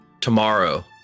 Tomorrow